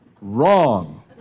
Wrong